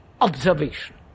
observation